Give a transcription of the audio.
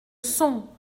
sont